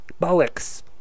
Bollocks